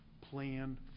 plan